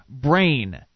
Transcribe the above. brain